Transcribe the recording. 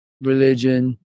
religion